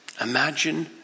imagine